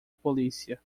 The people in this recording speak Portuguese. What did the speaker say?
polícia